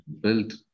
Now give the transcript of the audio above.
built